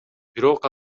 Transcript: бирок